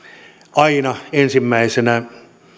aina ensimmäisenä